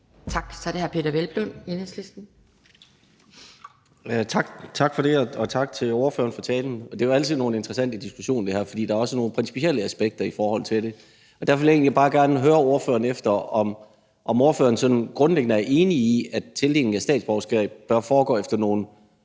Kl. 18:19 Peder Hvelplund (EL): Tak for det, og tak til ordføreren for talen. Det er jo altid nogle interessante diskussioner, vi har, fordi der også er nogle principielle aspekter i det. Derfor vil jeg egentlig bare gerne høre ordføreren, om ordføreren sådan grundlæggende er enig i, at tildelingen af statsborgerskab bør foregå efter nogle